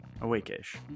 Awake-ish